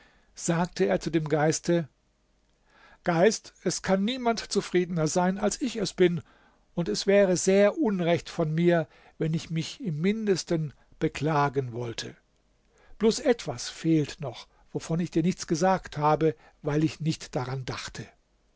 sagte er zu dem geiste geist es kann niemand zufriedener sein als ich es bin und es wäre sehr unrecht von mir wenn ich mich im mindesten beklagen wollte bloß etwas fehlt noch wovon ich dir nichts gesagt habe weil ich nicht daran dachte